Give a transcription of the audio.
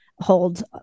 hold